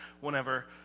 Whenever